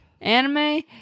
anime